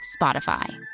Spotify